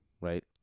right